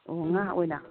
ꯑꯣ ꯉꯥ ꯑꯣꯏꯅ